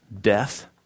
death